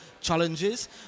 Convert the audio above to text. challenges